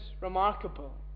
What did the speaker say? remarkable